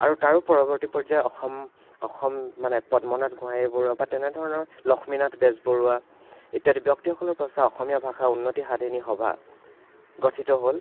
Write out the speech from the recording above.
আৰু তাৰো পৰৱৰ্তী পৰ্যায়ৰ অসম অসম মানে পদ্মনাথ গোহাঁইবৰুৱা বা তেনে ধৰণৰ লক্ষ্মীনাথ বেজবৰুৱা ইত্যাদি ব্যক্তিসকলৰ অসমীয়া ভাষা উন্নতি সাধিনী সভা গঠিত হ'ল